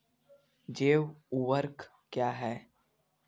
जैव ऊर्वक क्या है?